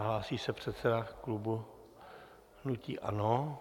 Hlásí se předseda klubu hnutí ANO.